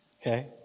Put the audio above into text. Okay